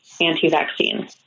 anti-vaccine